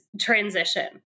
transition